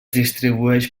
distribueix